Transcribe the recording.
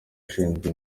ushinzwe